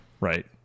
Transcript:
Right